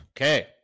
okay